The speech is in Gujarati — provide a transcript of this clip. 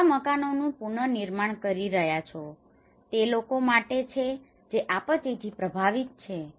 તમે નવા મકાનોનું પુનર્નિર્માણ કરી રહ્યા છો તે લોકો માટે છે જે આપત્તિથી પ્રભાવિત છે